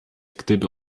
gdyby